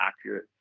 accurate